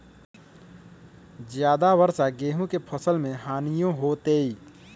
ज्यादा वर्षा गेंहू के फसल मे हानियों होतेई?